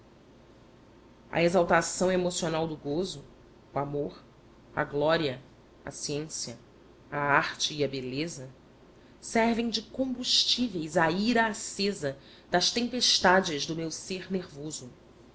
a exaltação emocional do gozo o amor a glória a ciência a arte e a beleza servem de combustíveis à ira acesa das tempestades do meu ser nervoso